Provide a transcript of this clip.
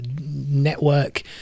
network